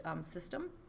system